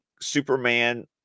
superman